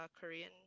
Korean